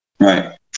Right